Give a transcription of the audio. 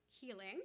Healing